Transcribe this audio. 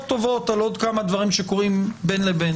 טובות על עוד כמה דברים שקורים בין לבין.